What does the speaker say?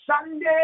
Sunday